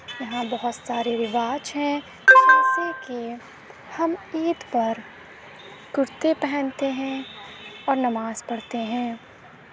یہاں بہت سارے رواج ہیں جیسے کہ ہم عید پر کُرتے پہنتے ہیں اور نماز پڑھتے ہیں